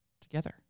together